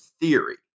theory